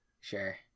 Sure